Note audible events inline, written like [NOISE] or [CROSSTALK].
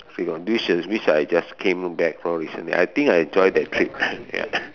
we got this and this I just came back for recently I think I enjoy that trip [COUGHS] ya [COUGHS]